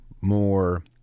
more